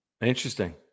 Interesting